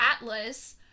Atlas